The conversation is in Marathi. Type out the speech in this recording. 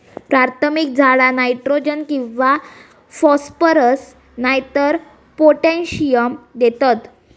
प्राथमिक झाडा नायट्रोजन किंवा फॉस्फरस नायतर पोटॅशियम देतत